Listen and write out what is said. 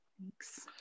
Thanks